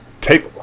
take